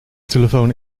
telefoon